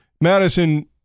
Madison